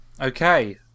Okay